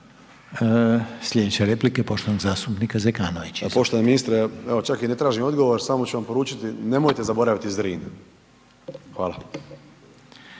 Sljedeća replika je poštovanog zastupnika Zekanovića. **Zekanović, Hrvoje (HRAST)** Poštovani ministre, evo čak i ne tražim odgovor, samo ću vam poručiti nemojte zaboraviti Zrin. Hvala.